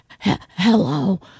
Hello